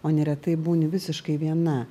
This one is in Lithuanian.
o neretai būni visiškai viena